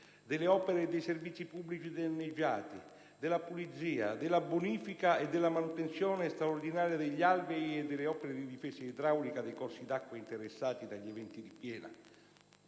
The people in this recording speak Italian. delle opere e dei servizi pubblici danneggiati, nonché per la pulizia, la bonifica e la manutenzione straordinaria degli alvei e delle opere di difesa idraulica dei corsi d'acqua interessati dagli eventi di piena.